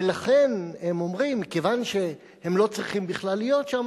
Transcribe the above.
ולכן הם אומרים: כיוון שהם לא צריכים בכלל להיות שם,